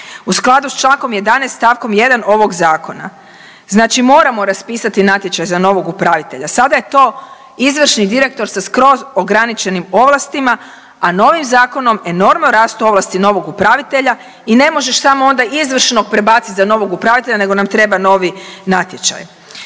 u skladu sa člankom 11. stavkom 1. ovog zakona. Znači moramo raspisati natječaj za novog upravitelja. Sada je to izvršni direktor sa skroz ograničenim ovlastima, a novim zakonom enormno rastu ovlasti novog upravitelja i ne možeš onda samo izvršnog prebaciti za novog upravitelja, nego nam treba novi natječaj.